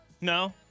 No